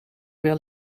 wel